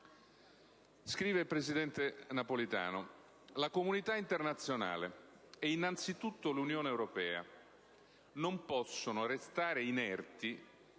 Scrive il presidente Napolitano: «La comunità internazionale, e innanzitutto l'Unione europea, non possono restare inerti